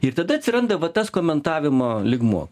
ir tada atsiranda va tas komentavimo lygmuo